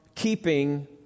keeping